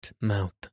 mouth